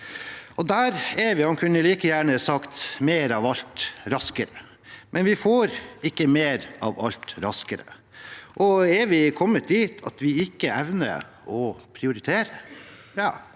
Der er vi – han kunne like gjerne ha sagt: mer av alt, raskere. Men vi får ikke mer av alt, raskere. Har vi kommet dit at vi ikke evner å prioritere? Det